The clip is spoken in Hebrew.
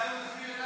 מתי הוא,